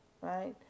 right